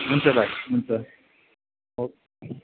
हुन्छ दा हुन्छ ओके